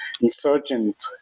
insurgent